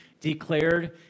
declared